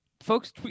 Folks